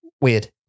Weird